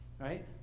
right